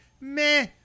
meh